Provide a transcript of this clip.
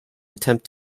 attempt